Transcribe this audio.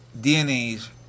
DNAs